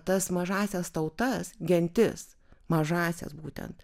tas mažąsias tautas gentis mažąsias būtent